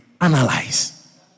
Analyze